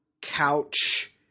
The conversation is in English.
couch